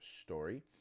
story